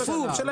הפוך,